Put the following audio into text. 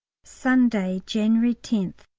sunday, january tenth.